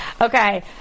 Okay